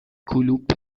کلوپ